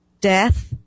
death